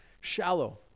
shallow